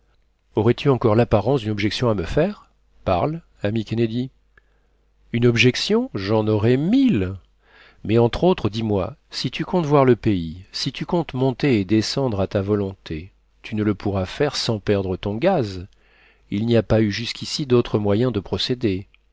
aurais-tu encore l'apparence d'une objection à me faire parle ami kennedy une objection j'en aurais mille mais entre autres dis-moi si tu comptes voir le pays si tu comptes monter et descendre à ta volonté tu ne le pourras faire sans perdre ton gaz il n'y a pas eu jusqu'ici d'autres moyens de procéder